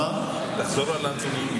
תחזור על הנתונים.